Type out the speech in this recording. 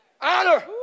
honor